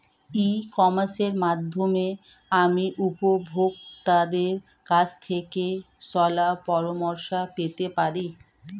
ই কমার্সের মাধ্যমে আমি উপভোগতাদের কাছ থেকে শলাপরামর্শ পেতে পারি?